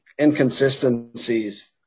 inconsistencies